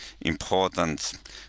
important